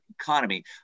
economy